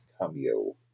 cameo